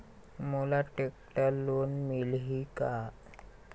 मोला tractor loan मिलही का?